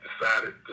decided